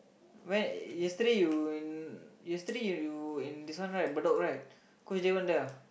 where yesterday you in yesterday you in this one right Bedok right cause they weren't there